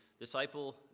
disciple